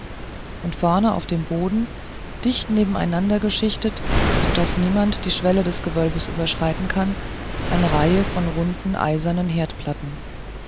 und vorne auf dem boden dicht nebeneinander geschichtet so daß niemand die schwelle des gewölbes überschreiten kann eine reihe runder eiserner herdplatten